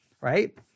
right